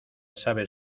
sabe